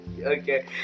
Okay